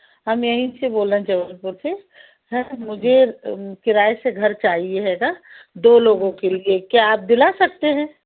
हम यहीं से बोल रहे हैं जबलपुर से हैं मुझे किराए से घर चाहिए होगा दो लोगों के लिए क्या आप दिला सकते हैं